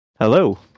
Hello